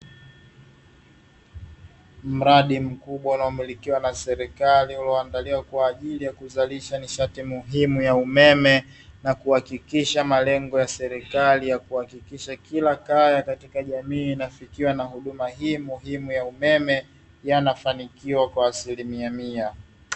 Mradi mkubwa unaomilikiwa na serikali ulioandaliwa kwa ajili ya kuzalisha nishati muhimu ya umeme, na kuhakikisha malengo ya serikali ya kuhakikisha kila kaya katika jamii inafikiwa na huduma hii muhimu ya umeme, yanafanikiwa kwa asilimia mia.